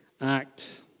act